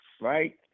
right